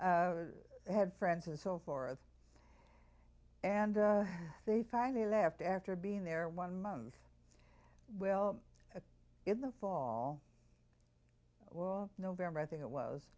had friends and so forth and they finally left after being there one month well in the fall well november i think it was